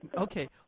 Okay